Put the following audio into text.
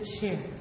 share